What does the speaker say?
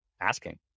asking